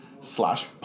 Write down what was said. slash